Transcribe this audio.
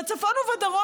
בצפון ובדרום,